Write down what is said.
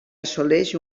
assoleix